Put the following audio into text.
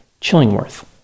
Chillingworth